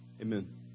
Amen